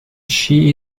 she